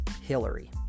Hillary